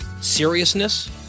Seriousness